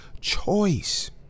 choice